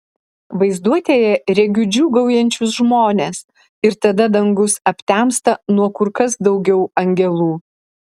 vaizduotėje regiu džiūgaujančius žmones ir tada dangus aptemsta nuo kur kas daugiau angelų